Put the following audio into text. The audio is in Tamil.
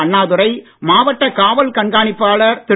அண்ணாதுரை மாவட்ட காவல் கண்காணிப்பாளர் திரு